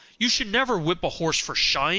you should never whip a horse for shying